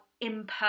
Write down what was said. imperfect